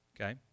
Okay